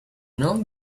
know